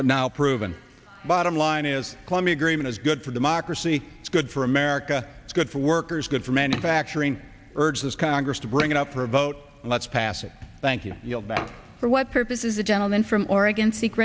but now proven bottom line is climbing agreement is good for democracy it's good for america it's good for workers good for manufacturing urge this congress to bring it up for a vote let's pass it thank you for what purposes the gentleman from oregon s